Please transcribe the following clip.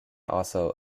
also